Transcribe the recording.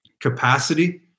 capacity